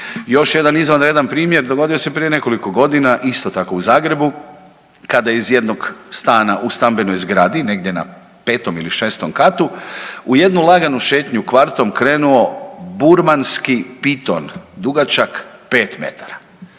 Još jedan izvanredan primjer dogodio se prije nekoliko godina isto tako u Zagrebu, kada je iz jednog stana u stambenoj zgradi negdje na 5 ili 6 katu u jednu laganu šetnju kvartom krenuo burmanski piton dugačak 5 metara.